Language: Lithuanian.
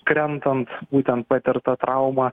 krentant būtent patirta trauma